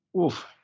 oof